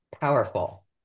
powerful